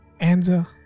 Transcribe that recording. Anza